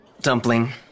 Dumpling